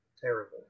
terrible